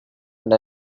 and